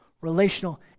relational